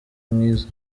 mwiza